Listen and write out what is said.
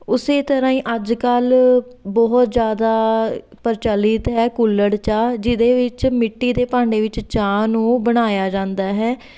ਉਸੇ ਤਰ੍ਹਾਂ ਹੀ ਅੱਜ ਕੱਲ੍ਹ ਬਹੁਤ ਜ਼ਿਆਦਾ ਪ੍ਰਚੱਲਿਤ ਹੈ ਕੁੱਲੜ ਚਾਹ ਜਿਹਦੇ ਵਿੱਚ ਮਿੱਟੀ ਦੇ ਭਾਂਡੇ ਵਿੱਚ ਚਾਹ ਨੂੰ ਬਣਾਇਆ ਜਾਂਦਾ ਹੈ